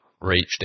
reached